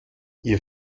ihr